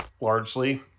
largely